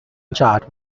chart